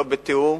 לא בתיאום